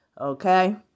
Okay